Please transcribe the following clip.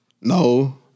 No